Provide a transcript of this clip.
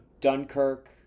Dunkirk